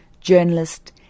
journalist